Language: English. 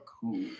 cool